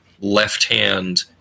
left-hand